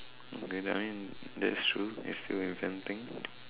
okay I mean that's true it's still inventing